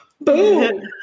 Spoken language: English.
Boom